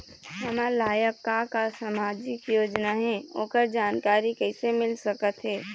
हमर लायक का का सामाजिक योजना हे, ओकर जानकारी कइसे मील सकत हे?